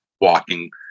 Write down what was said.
walking